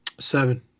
Seven